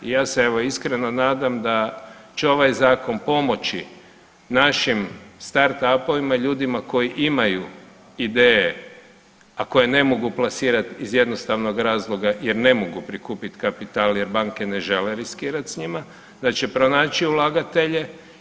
I ja se evo iskreno nadam da će ovaj zakon pomoći našim startupovima, ljudima koji imaju ideje, a koje ne mogu plasirati iz jednostavnog razloga jer ne mogu prikupit kapital jer banke ne žele riskirati s njima da će pronaći ulagatelje.